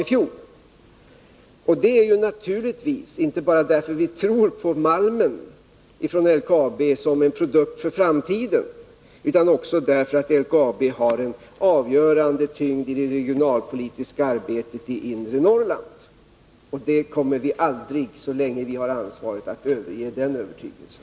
Vi har naturligtvis inte gjort detta bara därför att vi tror på malmen från LKAB som en produkt för framtiden, utan också därför att LKAB har en avgörande tyngd i det regionalpolitiska arbetet i inre Norrland. Vi kommer aldrig, så länge vi har ansvaret, att överge den övertygelsen.